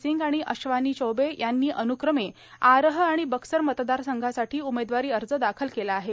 सिंग आणि अश्वानी चौबे यांनी अनुक्रमे आरह आणि बक्सर मतदारसंघासाठी उमेदवारी अर्ज दाखल केला आहे